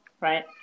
Right